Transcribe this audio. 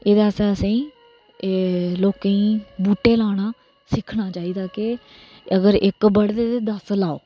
आसें गी एह् लोकें गी बूहटे लाना सिक्खना चाहिदा के अगर इक बढदे ते दस लाओ